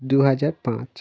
দু হাজার পাঁচ